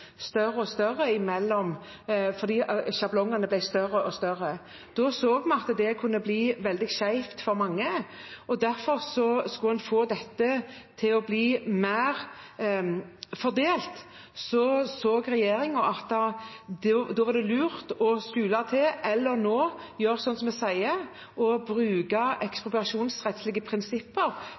større og større fordi sjablongene ble større og større. Da så vi at det kunne bli veldig skjevt for mange. Derfor skulle en få dette til å bli mer fordelt. Da så regjeringen at det var lurt å skule til – eller å gjøre sånn som vi nå sier – å bruke ekspropriasjonsrettslige prinsipper